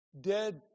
Dead